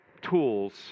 tools